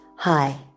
Hi